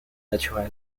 naturels